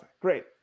Great